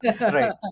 Right